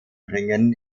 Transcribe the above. ringen